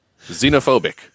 xenophobic